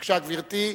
בבקשה, גברתי,